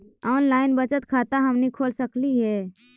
Online बचत खाता हमनी खोल सकली हे?